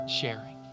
sharing